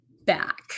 back